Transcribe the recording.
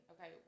okay